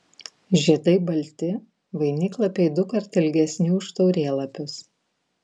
žiedai balti vainiklapiai dukart ilgesni už taurėlapius